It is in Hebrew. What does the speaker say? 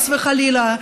חס וחלילה,